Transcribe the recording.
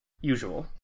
usual